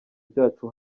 ryacu